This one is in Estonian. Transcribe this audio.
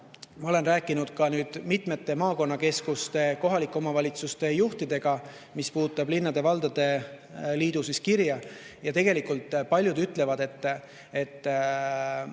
ma olen rääkinud ka mitmete maakonnakeskuste, kohalike omavalitsuste juhtidega [sellest] linnade-valdade liidu kirjast. Tegelikult paljud ütlevad, et nad